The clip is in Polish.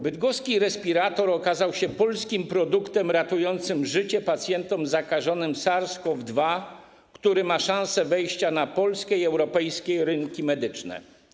Bydgoski respirator okazał się polskim produktem ratującym życie pacjentom zakażonym SARS-CoV-2, który ma szansę wejścia na polskie i europejskie rynki medyczne.